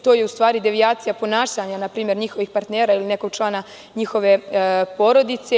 To je u stvari devijacija ponašanja njihovih partnera ili nekog člana njihove porodice.